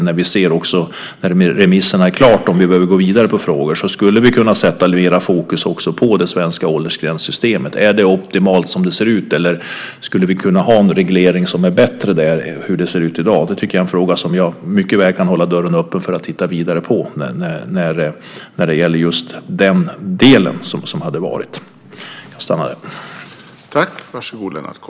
När vi efter det att remissförfarandet är klart och ser om vi behöver gå vidare med frågor, skulle vi kunna sätta mera fokus också på det svenska åldersgränssystemet. Om det är optimalt som det ser ut eller om vi skulle kunna ha en reglering som är bättre än i dag är en fråga som jag mycket väl kan hålla dörren öppen för att titta vidare på.